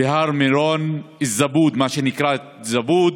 בהר מירון, זבוד, מה שנקרא זבוד,